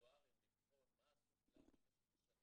האקטואריים לבחון מה עשו כלל במשך השנים